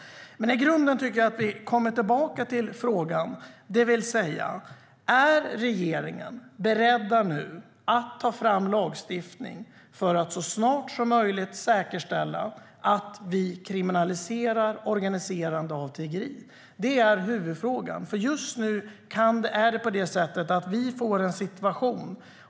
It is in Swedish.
Jag kommer tillbaka till frågan: Är regeringen nu beredd att ta fram lagstiftning för att så snart som möjligt säkerställa att vi kriminaliserar organiserande av tiggeri? Det är huvudfrågan.